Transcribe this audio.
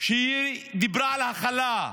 שדיברה על הכלה,